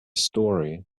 story